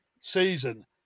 season